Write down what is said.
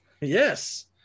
Yes